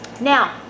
Now